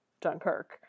Dunkirk